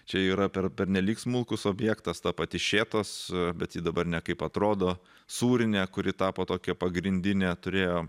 čia yra per pernelyg smulkus objektas ta pati šėtos bet ji dabar nekaip atrodo sūrinė kuri tapo tokia pagrindinė turėjo